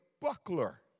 buckler